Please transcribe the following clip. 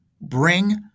bring